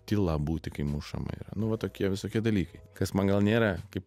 tyla būti kai mušama yra nu va tokie visokie dalykai kas man gal nėra kaip